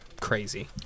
crazy